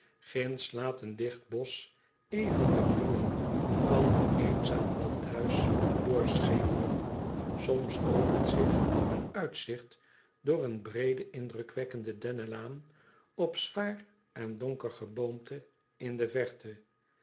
laat een digt bosch even de muren van een eenzaam landhuis doorschemeren soms opent zich een uitzigt door een breede indrukwekkende dennenlaan op zwaar en donker geboomte in de verte